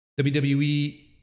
WWE